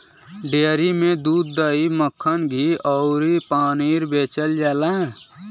dairy में दूध, दही, मक्खन, घीव अउरी पनीर बेचल जाला